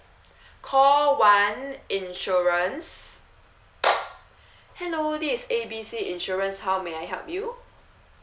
call one insurance hello this is A B C insurance how may I help you